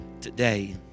today